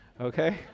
okay